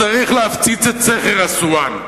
צריך להפציץ את סכר אסואן?